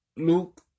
Luke